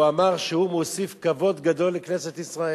הוא אמר שהוא מוסיף כבוד גדול לכנסת ישראל.